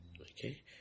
Okay